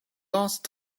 last